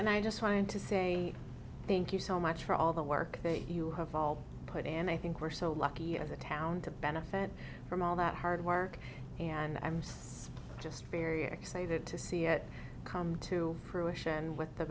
and i just trying to say thank you so much for all the work you have all put and i think we're so lucky as a town to benefit from all that hard work and i'm so just very excited to see it come to fruition with the